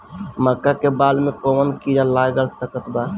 मका के बाल में कवन किड़ा लाग सकता?